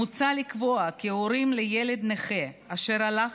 מוצע לקבוע כי הורים לילד נכה אשר הלך